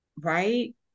right